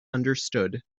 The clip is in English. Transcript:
understood